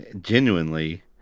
genuinely